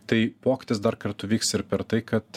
tai pokytis dar kartu vyks ir per tai kad